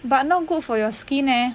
but not good for your skin leh